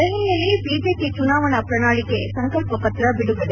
ದೆಹಲಿಯಲ್ಲಿ ಬಿಜೆಪಿ ಚುನಾವಣಾ ಪಣಾಳಿಕೆ ಸಂಕಲ್ಲಿ ಪತ ಬಿಡುಗಡೆ